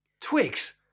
twigs